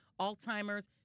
Alzheimer's